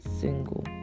single